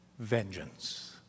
Vengeance